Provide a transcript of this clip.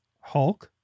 Hulk